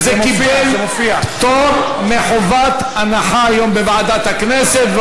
זה קיבל היום פטור מחובת הנחה בוועדת הכנסת.